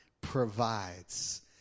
provides